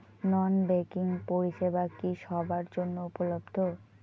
নন banking পরিষেবা কি সবার জন্য উপলব্ধ?